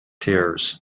tears